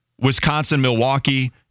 Wisconsin-Milwaukee